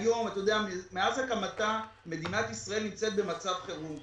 מאז הקמתה, מדינת ישראל נמצאת במצב חירום,